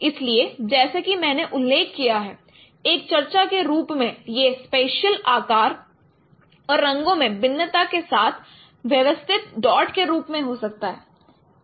इसलिए जैसा कि मैंने उल्लेख किया है एक चर्चा के रूप में यह स्पेशियल आकार और रंगों में भिन्नता के साथ व्यवस्थित डॉट के रूप में हो सकता है